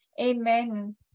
Amen